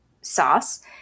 sauce